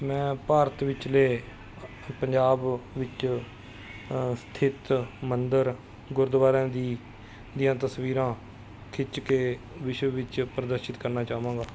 ਮੈਂ ਭਾਰਤ ਵਿਚਲੇ ਪੰਜਾਬ ਵਿੱਚ ਸਥਿਤ ਮੰਦਰ ਗੁਰਦੁਆਰਿਆਂ ਦੀ ਦੀਆਂ ਤਸਵੀਰਾਂ ਖਿੱਚ ਕੇ ਵਿਸ਼ਵ ਵਿੱਚ ਪ੍ਰਦਰਸ਼ਿਤ ਕਰਨਾ ਚਾਵਾਂਗਾ